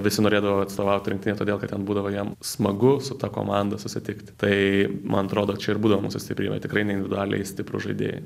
visi norėdavo atstovauti rinktinei todėl kad ten būdavo jiem smagu su ta komanda susitikti tai man atrodo čia ir būdavo mūsų stiprybė tikrai ne individualiai stiprūs žaidėjai